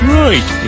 right